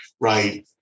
right